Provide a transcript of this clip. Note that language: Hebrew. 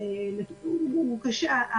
הוא קשה.